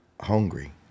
hungry